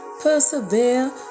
Persevere